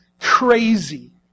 Crazy